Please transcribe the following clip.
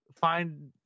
find